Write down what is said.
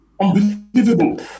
Unbelievable